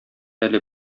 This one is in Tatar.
әле